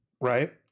right